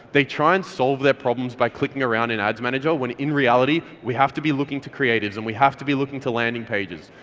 they try and solve their problems by clicking around in ads manager, when in reality we have to be looking to creatives, and we have to be looking to landing pages.